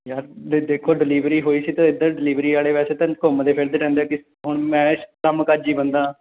ਯਾਰ ਦੇਖੋ ਡਿਲੀਵਰੀ ਹੋਈ ਸੀ ਅਤੇ ਇੱਧਰ ਡਿਲੀਵਰੀ ਵਾਲੇ ਵੈਸੇ ਤਾਂ ਘੁੰਮਦੇ ਫਿਰਦੇ ਰਹਿੰਦੇ ਕਿ ਹੁਣ ਮੈਂ ਕੰਮ ਕਾਜੀ ਬੰਦਾ